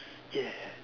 ya